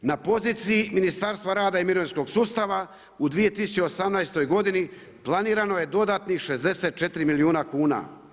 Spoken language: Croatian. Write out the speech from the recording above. Na poziciji Ministarstva rada i mirovinskog sustava u 2018. godini planirano je dodatnih 64 milijuna kuna.